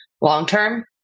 long-term